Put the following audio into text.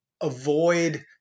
avoid